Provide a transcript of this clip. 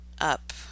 up